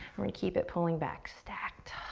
we're gonna keep it pulling back, stacked.